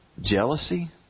jealousy